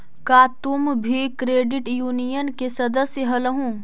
का तुम भी क्रेडिट यूनियन के सदस्य हलहुं?